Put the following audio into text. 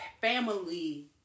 family